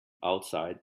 outside